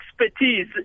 expertise